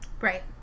Right